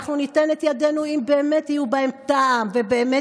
אנחנו ניתן את ידנו אם באמת יהיה בהם טעם ובאמת